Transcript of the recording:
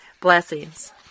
Blessings